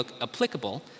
applicable